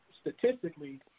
statistically